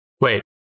Wait